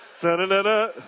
Da-da-da-da